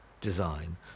design